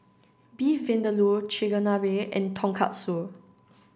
beef Vindaloo Chigenabe and Tonkatsu